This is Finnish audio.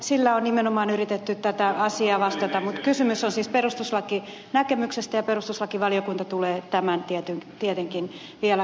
sillä on nimenomaan yritetty tähän asiaan vastata mutta kysymys on siis perustuslakinäkemyksestä ja perustuslakivaliokunta tulee tämän tietenkin vielä katsomaan